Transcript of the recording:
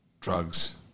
Drugs